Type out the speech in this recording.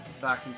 back